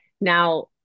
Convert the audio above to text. Now